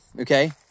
okay